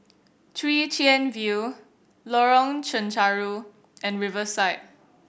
Chwee Chian View Lorong Chencharu and Riverside